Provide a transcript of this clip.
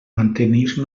mantenir